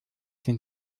sind